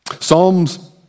Psalms